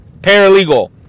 paralegal